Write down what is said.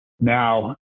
Now